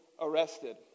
arrested